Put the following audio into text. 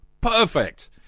Perfect